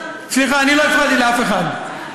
סליחה, אני לא הפרעתי לאף אחד.